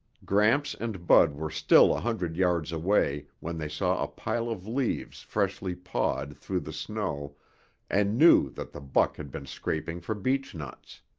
gramps and bud were still a hundred yards away when they saw a pile of leaves freshly pawed through the snow and knew that the buck had been scraping for beech nuts.